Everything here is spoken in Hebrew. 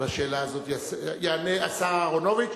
על השאלה הזאת יענה השר אהרונוביץ,